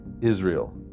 Israel